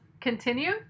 continue